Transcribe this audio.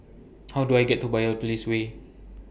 How Do I get to Biopolis Way